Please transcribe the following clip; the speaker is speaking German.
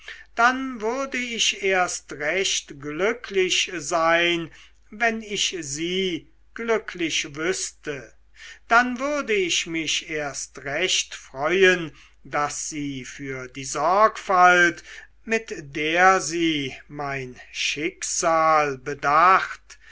dann würde ich erst recht glücklich sein wenn ich sie glücklich wüßte dann würde ich mich erst recht freuen daß sie für die sorgfalt mit der sie mein schicksal bedacht